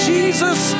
Jesus